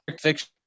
fiction